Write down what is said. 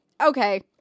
Okay